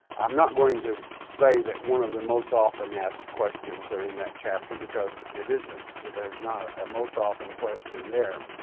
i'm not going to say that one of the most often asked questions are in that chapter because it isn't, there's not a most often question there,